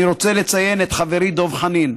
אני רוצה לציין את חברי דב חנין,